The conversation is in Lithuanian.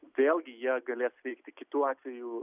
vėlgi jie galės veikti kitu atveju